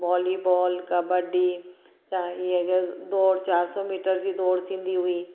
volleyball kabaddi ॾोड़ चार सौ मीटर जी ॾोड़ थींदी हुई